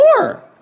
more